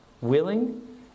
Willing